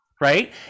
Right